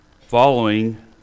following